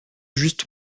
just